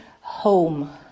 home